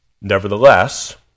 Nevertheless